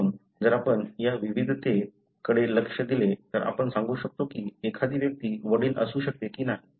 म्हणून जर आपण या विविधते कडे लक्ष दिले तर आपण सांगू शकतो की एखादी व्यक्ती वडील असू शकते की नाही